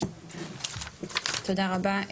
תודה רבה,